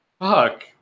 fuck